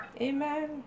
Amen